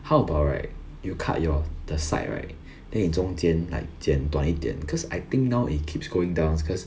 how about right you cut your the side right then 你中间 like 剪短一点 cause I think now it keeps going down it's cause